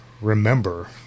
remember